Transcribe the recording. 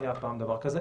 כולל המערכות דוברו כאן